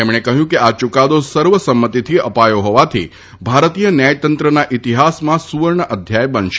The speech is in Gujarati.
તેમણે કહ્યું કે આ યૂકાદો સર્વસંમતિથી અપાયો હોવાથી ભારતીય ન્યાયતંત્રના ઇતિહાસમાં સુવર્ણ અક્ષરે લખાશે